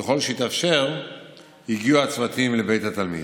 וככל שהתאפשר הגיעו הצוותים לבית התלמיד.